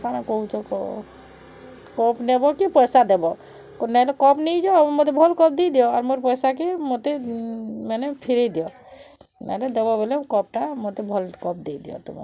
କାଣା କହୁଛ କହ କପ୍ ନେବ କି ପଇସା ଦେବ ନାଇଁହେଲେ କପ୍ ନେଇଯାଅ ମୋତେ ଭଲ୍ କପ୍ ଦେଇଦିଅ ଆର୍ ମୋର୍ ପଇସା କେ ମୋତେ ମାନେ ଫେରେଇ ଦିଅ ନାଇଁହେଲେ ଦେବ ବୋଲେ କପ୍ଟା ମୋତେ ଭଲ୍ କପ୍ ଦେଇଦିଅ ତୁମର୍